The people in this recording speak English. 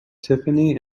tiffany